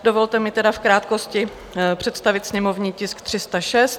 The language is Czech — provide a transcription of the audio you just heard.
Dovolte mi v krátkosti představit sněmovní tisk 306.